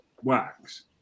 wax